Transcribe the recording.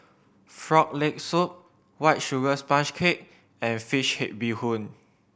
Frog Leg Soup White Sugar Sponge Cake and fish head bee hoon